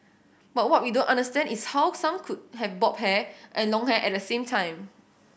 but what we don't understand is how some could have bob hair and long hair at the same time